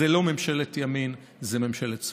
זאת לא ממשלת ימין, זאת ממשלת שמאל.